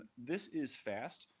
this is fast.